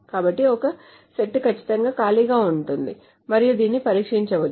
కాబట్టి ఒక సెట్ ఖచ్చితంగా ఖాళీగా ఉంటుంది మరియు దీనితో పరీక్షించవచ్చు